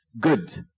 good